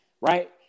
right